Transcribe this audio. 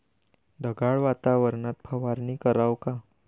ढगाळ वातावरनात फवारनी कराव का?